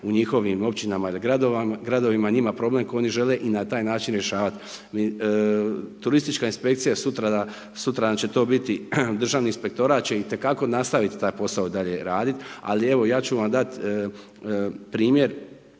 u njihovim općinama ili gradovima njima problem koji oni žele i na taj način rješavati. Turistička inspekcija, sutra da, sutradan će to biti, Državni inspektorat će itekako nastaviti taj posao dalje raditi, ali evo ja ću vam dati primjer